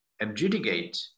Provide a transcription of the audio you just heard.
adjudicate